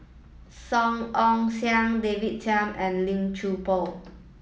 Song Ong Siang David Tham and Lim Chuan Poh